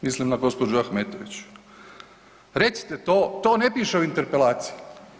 Mislim na gospođu Ahmetović, recite to, to ne piše u interpelaciji.